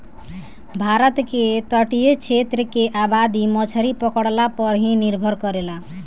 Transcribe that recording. भारत के तटीय क्षेत्र के आबादी मछरी पकड़ला पर ही निर्भर करेला